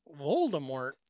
Voldemort